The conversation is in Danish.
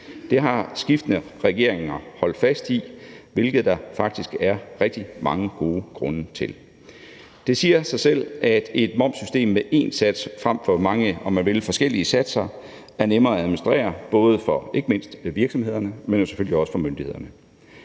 Det har skiftende regeringer holdt fast i, hvilket der faktisk er rigtig mange gode grunde til. Det siger sig selv, at et momssystem med én sats frem for mange forskellige satser er nemmere at administrere, ikke mindst for virksomhederne, men selvfølgelig også for myndighederne.